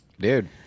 dude